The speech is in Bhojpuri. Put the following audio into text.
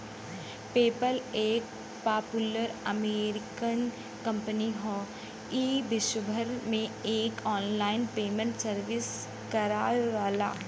पेपल एक पापुलर अमेरिकन कंपनी हौ ई विश्वभर में एक आनलाइन पेमेंट सर्विस चलावेला